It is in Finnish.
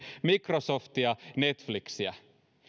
microsoftia ja netflixiä